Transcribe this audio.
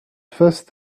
fast